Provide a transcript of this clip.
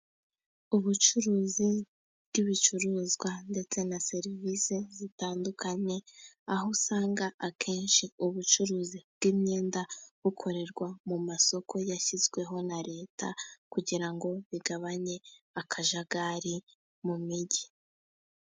Ubucuruzi bw'ibicuruzwa ndetse na serivisi zitandukanye, aho usanga akenshi ubucuruzi bw'imyenda bukorerwa mu masoko yashyizweho na leta, kugira ngo bigabanye akajagari mu migi.